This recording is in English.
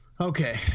Okay